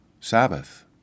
Sabbath